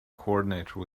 coordinator